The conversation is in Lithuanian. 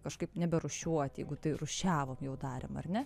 kažkaip neberūšiuoti jeigu tai rūšiavom jau darėm ar ne